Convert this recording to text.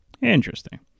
Interesting